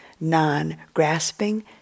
non-grasping